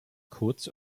kurz